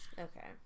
Okay